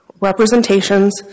representations